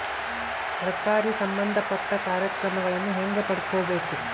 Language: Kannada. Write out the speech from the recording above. ಸರಕಾರಿ ಸಂಬಂಧಪಟ್ಟ ಕಾರ್ಯಕ್ರಮಗಳನ್ನು ಹೆಂಗ ಪಡ್ಕೊಬೇಕು?